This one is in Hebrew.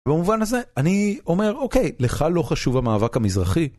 במובן הזה אני אומר, אוקיי, לך לא חשוב המאבק המזרחי.